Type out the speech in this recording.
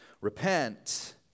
Repent